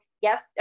yes